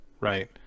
Right